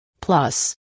Plus